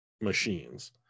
machines